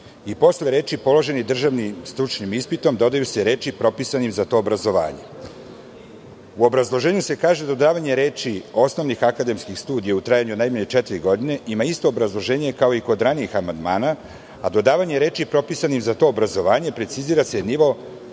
i posle reči: "položenim državnim stručnim ispitom" dodaju se reči: "propisanim za to obrazovanje".U obrazloženju se kaže dodavanje reči: "osnovnih akademskih studija u trajanju od najmanje četiri godine" ima isto obrazloženje kao i kod ranijih amandmana, a dodavanje reči: "propisanim za to obrazovanje" precizira se nivo